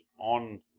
on